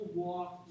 walk